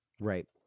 right